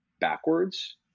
backwards